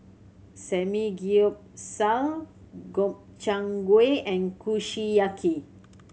Samgyeopsal Gobchang Gui and Kushiyaki